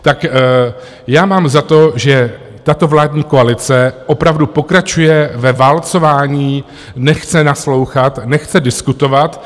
Tak já mám za to, že tato vládní koalice opravdu pokračuje ve válcování, nechce naslouchat, nechce diskutovat.